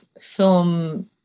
film